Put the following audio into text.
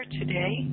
today